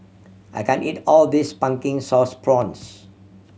I can't eat all of this Pumpkin Sauce Prawns